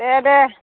दे दे